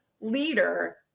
leader